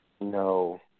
no